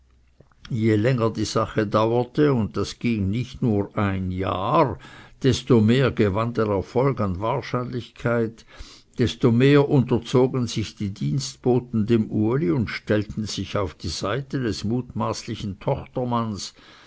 je länger die sache dauerte und das ging nicht nur ein jahr desto mehr gewann der erfolg an wahrscheinlichkeit desto mehr unterzogen sich die dienstboten dem uli und stellten sich auf die seite des mutmaßlichen